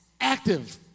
Active